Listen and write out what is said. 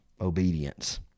obedience